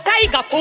Tiger